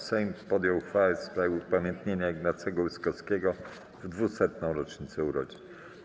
Sejm podjął uchwałę w sprawie upamiętnienia Ignacego Łyskowskiego w 200. rocznicę urodzin.